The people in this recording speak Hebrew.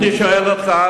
אני שואל אותך.